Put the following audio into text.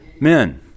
men